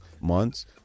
months